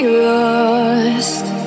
lost